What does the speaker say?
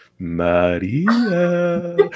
Maria